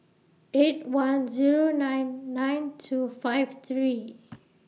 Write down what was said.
eight one Zero nine nine two five three